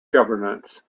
governance